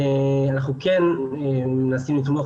אנחנו כן מנסים לתמוך